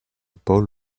paul